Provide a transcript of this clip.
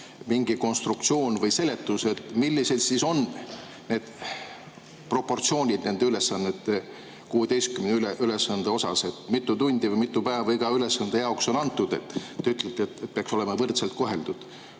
mingi konstruktsioon või seletus, millised on need proportsioonid nende 16 ülesande puhul: mitu tundi või mitu päeva iga ülesande jaoks on antud? Te ütlete, et peaks olema võrdselt koheldud.